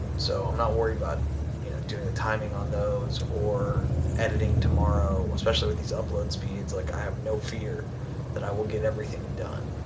so i'm not worried about you know doing the timing on those or editing tomorrow especially with these upload speeds. like i have no fear that i will get everything done.